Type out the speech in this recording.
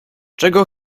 czego